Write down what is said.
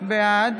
בעד